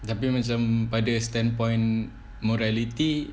tapi macam ada standpoint morality